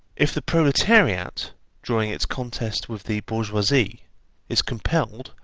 if the proletariat during its contest with the bourgeoisie is compelled,